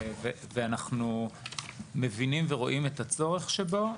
ואנחנו מבינים ורואים את הצורך שבו.